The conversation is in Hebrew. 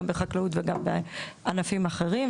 גם בחקלאות וגם בענפים אחרים,